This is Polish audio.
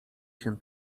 się